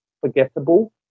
forgettable